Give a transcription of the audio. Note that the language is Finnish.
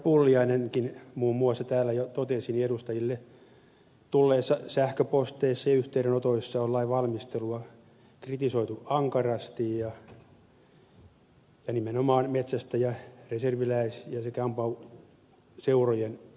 pulliainenkin muun muassa täällä jo totesi niin edustajille tulleissa sähköposteissa ja yhteydenotoissa on lain valmistelua kritisoitu ankarasti ja nimenomaan metsästäjä reserviläis ja ampumaseurojen taholta